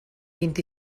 vint